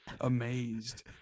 amazed